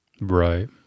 Right